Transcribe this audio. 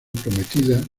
prometida